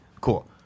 Cool